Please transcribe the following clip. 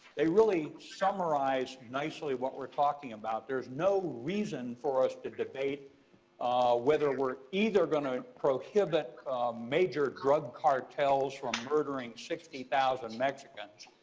they really summarize nicely what we're talking about. there's no reason for us to debate whether we're either going to prohibit major drug cartels for murdering sixty thousand mexicans,